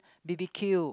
b_b_q